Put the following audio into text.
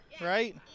right